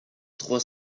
trois